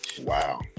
Wow